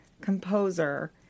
composer